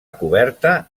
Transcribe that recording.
coberta